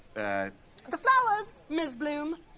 ah the flowers, ms bloom.